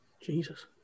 Jesus